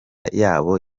yabo